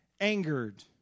angered